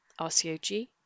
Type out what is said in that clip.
RCOG